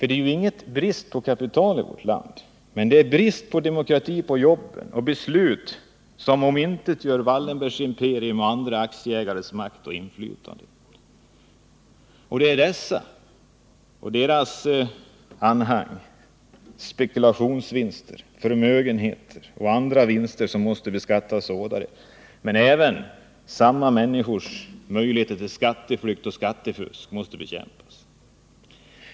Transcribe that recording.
Det är inte brist på kapital i vårt land, men det är brist på demokrati på jobben och brist på beslut som omintetgör Wallenbergs imperium och andra aktieägares makt och inflytande. Det är dessa och deras gelikars spekulationsvinster, förmögenheter och andra vinster som måste beskattas hårdare. Men samma människors möjligheter till skatteflykt och skattefusk måste även bekämpas.